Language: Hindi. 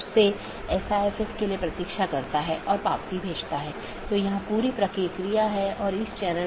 इसलिए मैं एकल प्रविष्टि में आकस्मिक रूटिंग विज्ञापन कर सकता हूं और ऐसा करने में यह मूल रूप से स्केल करने में मदद करता है